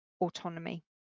autonomy